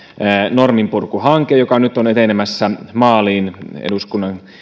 norminpurkuhanke joka nyt on etenemässä maaliin eduskunnan